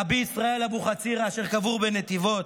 רבי ישראל אבוחצירא, אשר קבור בנתיבות.